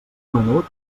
menut